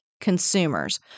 consumers